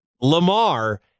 Lamar